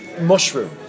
mushroom